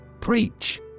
Preach